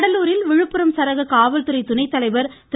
கடலூரில் விழுப்புரம் சரக காவல்துறை துணை தலைவர் திரு